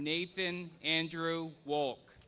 nathan andrew wal